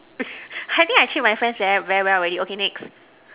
I think I treat my friends very very well already okay next